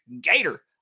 Gator